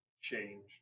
changed